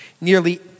Nearly